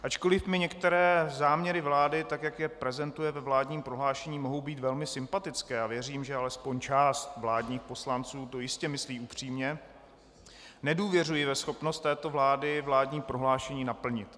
Ačkoliv mi některé záměry vlády, tak jak je prezentuje ve vládním prohlášení, mohou být velmi sympatické a věřím, že alespoň část vládních poslanců to jistě myslí upřímně, nedůvěřuji ve schopnost této vlády vládní prohlášení naplnit.